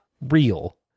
real